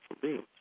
beings